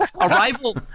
Arrival